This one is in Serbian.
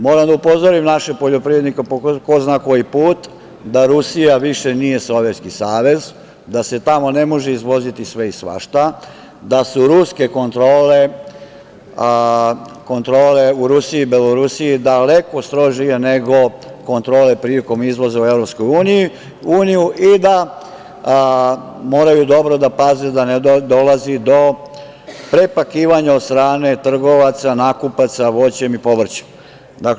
Moram da upozorim naše poljoprivrednike po ko zna koji put da Rusija više nije Sovjetski Savez, da se tamo ne može izvoziti sve i svašta, da su ruske kontrole, kontrole u Rusiji, Belorusiji daleko strožije nego kontrole prilikom izvoza u EU i da moraju dobro da paze da ne dolazi do prepakivanja od strane trgovaca, nakupaca voćem i povrćem.